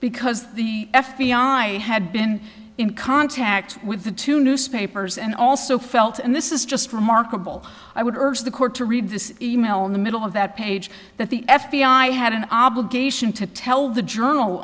because the f b i had been in contact with the two newspapers and also and this is just remarkable i would urge the court to read this e mail in the middle of that page that the f b i had an obligation to tell the journal